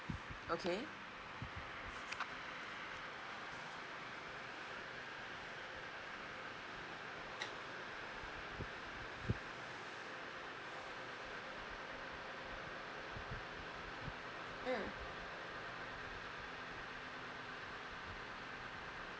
okay